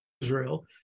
Israel